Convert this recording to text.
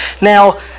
now